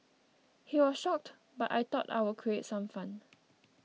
he was shocked but I thought I'd create some fun